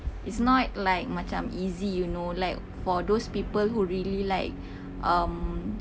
it's not like macam easy you know like for those people who really like um